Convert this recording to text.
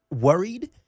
worried